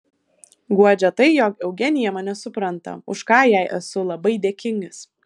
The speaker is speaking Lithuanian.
guodžia tai jog eugenija mane supranta už ką jai esu labai dėkingas